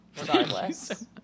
Regardless